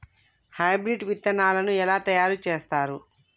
Hybrid విత్తనాలను ఎలా తయారు చేస్తారు?